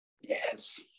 yes